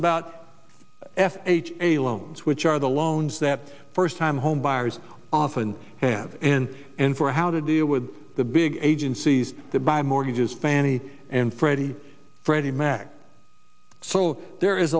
about f h a loans which are the loans that first time homebuyers often have and for how to deal with the big agencies that by mortgages fannie and freddie freddie mac so there is